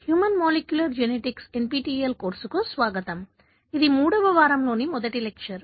human molecular genetics NPTEL కోర్సుకు స్వాగతం ఇది మూడవ వారంలో మొదటి లెక్చర్